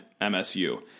msu